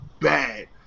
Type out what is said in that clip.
bad